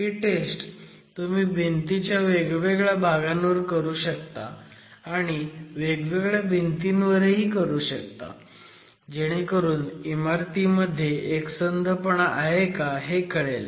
हि टेस्ट तुम्ही भिंतीच्या वेगवेगळ्या भागांवर करू शकता आणि वेगवेगळ्या भिंतींवर करू शकता जेणेकरून इमारतीमध्ये एकसंधपणा आहे का हे कळेल